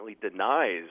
denies